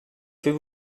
fais